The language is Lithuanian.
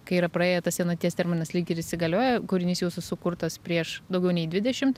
kai yra praėję tas senaties terminas lyg ir įsigalioja kūrinys jūsų sukurtas prieš daugiau nei dvidešimt